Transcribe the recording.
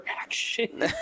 action